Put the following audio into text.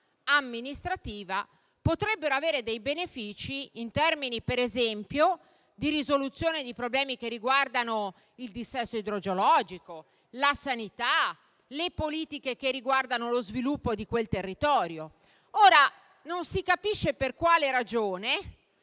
amministrativa potrebbero avere dei benefici in termini, per esempio, di risoluzione dei problemi relativi al dissesto idrogeologico, alla sanità e alle politiche per lo sviluppo di quel territorio. Non si capisce quindi per quale ragione